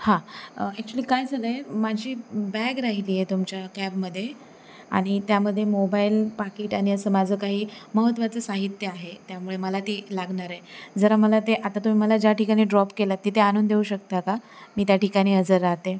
हा ॲक्चुली काय झालं आहे माझी बॅग राहिली आहे तुमच्या कॅबमध्ये आणि त्यामध्ये मोबाईल पाकीट आणि असं माझं काही महत्त्वाचं साहित्य आहे त्यामुळे मला ते लागणार आहे जरा मला ते आता तुम्ही मला ज्या ठिकाणी ड्रॉप केलंत तिथे आणून देऊ शकता का मी त्या ठिकाणी हजर राहते